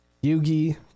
Yu-Gi